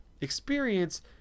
experience